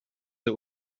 der